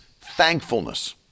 thankfulness